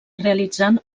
realitzant